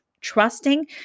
trusting